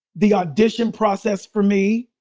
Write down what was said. the audition process for me